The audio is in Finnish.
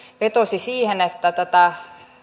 vetosi siihen että tätä